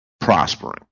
prospering